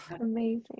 amazing